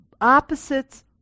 opposites